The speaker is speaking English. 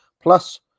plus